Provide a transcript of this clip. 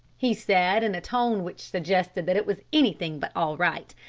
he said in a tone which suggested that it was anything but all right,